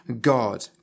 God